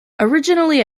originally